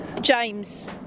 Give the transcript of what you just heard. james